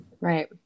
Right